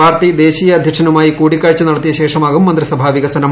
party ദേശീയ അധ്യക്ഷനുമായി കൂടിക്കാഴ്ച നടത്തിയ ശേഷമാകും മന്ത്രിസഭാ വികസനം